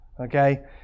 Okay